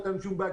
אין שום בעיה.